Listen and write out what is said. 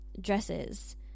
dresses